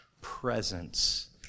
presence